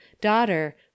daughter